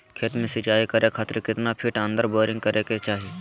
खेत में सिंचाई करे खातिर कितना फिट अंदर बोरिंग करे के चाही?